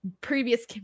previous